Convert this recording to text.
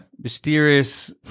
mysterious